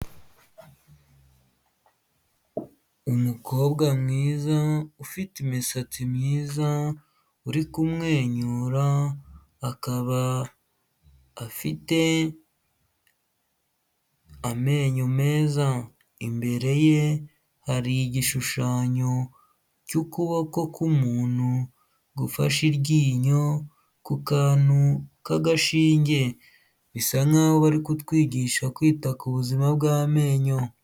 Umukobwa mwiza ufite imisatsi myiza uri kumwenyura, akaba afite amenyo meza. Imbere ye hari igishushanyo cy'ukuboko k'umuntu gufashe iryinyo ku kantu k'agashinge bisa nk'aho bari kutwigisha kwita ku buzima bw'amenyo.